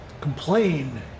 Complain